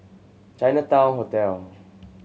Chinatown Hotel